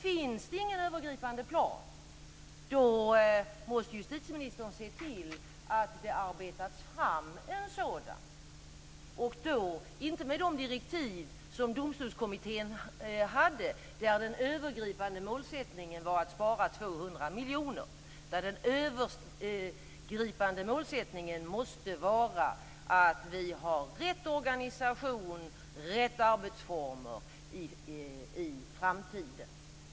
Finns det ingen övergripande plan, då måste justitieministern se till att det arbetas fram en sådan, men inte med de direktiv som Domstolskommittén hade där den övergripande målsättningen var att man skulle spara 200 miljoner kronor. Den övergripande målsättningen måste i stället vara att vi har rätt organisation och rätt arbetsformer i framtiden.